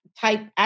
type